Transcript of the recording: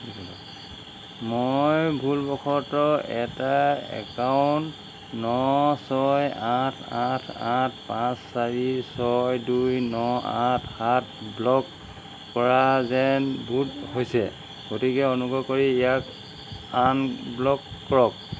মই ভুলবশতঃ এটা একাউণ্ট ন ছয় আঠ আঠ আঠ পাঁচ চাৰি ছয় দুই ন আঠ সাত ব্লক কৰা যেন বোধ হৈছে গতিকে অনুগ্ৰহ কৰি ইয়াক আনব্লক কৰক